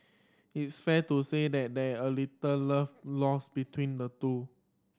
it's fair to say that there're little love lost between the two